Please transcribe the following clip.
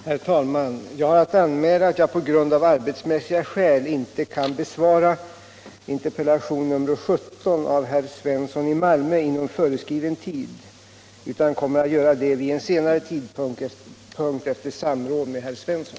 Herr talman! Jag har att anmäla att jag av arbetsmässiga skäl inte kan besvara interpellation nr 17 av herr Svensson i Malmö inom föreskriven tid, utan kommer att göra det vid en senare tidpunkt efter samråd med herr Svensson.